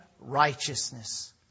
righteousness